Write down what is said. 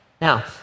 Now